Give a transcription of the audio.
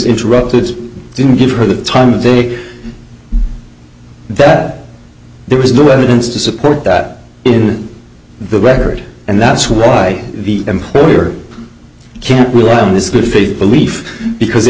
interrupted didn't give her the time of day that there was no evidence to support that in the record and that's why the employer can't rely on this good faith belief because it